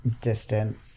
distant